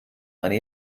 eine